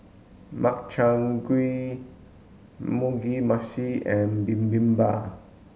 Makchang Gui Mugi Meshi and Bibimbap